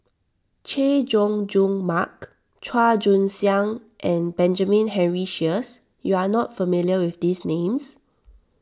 Chay Jung Jun Mark Chua Joon Siang and Benjamin Henry Sheares you are not familiar with these names